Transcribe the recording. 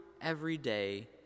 everyday